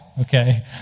okay